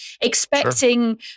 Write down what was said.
expecting